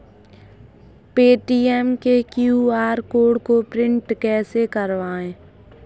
Paytm के QR code को print कैसे करवाएँ?